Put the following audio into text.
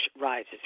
rises